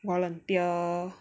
volunteer